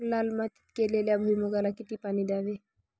लाल मातीत केलेल्या भुईमूगाला किती पाणी द्यावे?